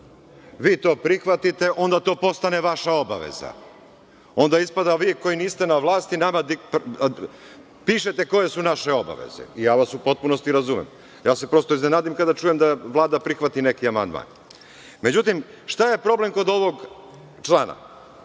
vi to prihvatite i onda to postane vaša obaveza i onda ispada – vi koji niste na vlasti, pišete koje su naše obaveze i ja vas u potpunosti razumem. Ja se prosto iznenadim kao da čujem da Vlada prihvati neke amandmane.Međutim, šta je problem kod ovog člana?